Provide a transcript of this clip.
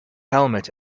helmet